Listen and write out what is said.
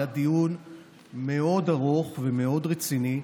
היה דיון מאוד ארוך ומאוד רציני,